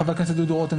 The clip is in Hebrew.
חבר הכנסת דוד רותם,